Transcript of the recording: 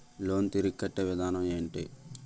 Loan తిరిగి కట్టే విధానం ఎంటి?